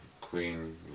queen